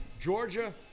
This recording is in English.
Georgia